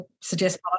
suggest